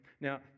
Now